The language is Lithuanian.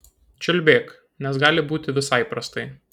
čiulbėk nes gali būti visai prastai